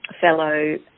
fellow